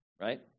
right